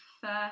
first